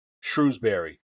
Shrewsbury